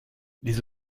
les